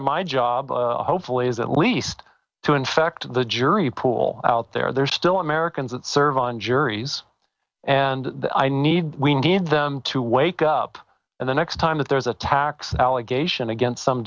of my job hopefully is at least to infect the jury pool out there they're still americans that serve on juries and i need we need them to wake up and the next time that there's a tax allegation against some